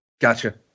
Gotcha